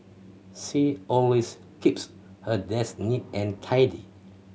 she always keeps her desk neat and tidy